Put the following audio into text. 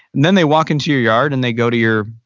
then they walk into your yard and they go to your,